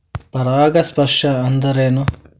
ಪರಾಗಸ್ಪರ್ಶ ಅಂದರೇನು?